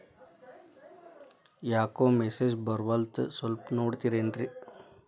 ಯಾಕೊ ಮೆಸೇಜ್ ಬರ್ವಲ್ತು ಸ್ವಲ್ಪ ನೋಡ್ತಿರೇನ್ರಿ?